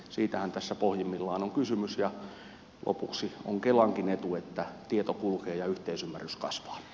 siitähän tästä pohjimmiltaan on kysymys ja lopuksi on kelankin etu että tieto kulkee ja yhteisymmärrys kasvaa